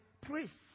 priests